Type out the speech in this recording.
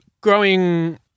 growing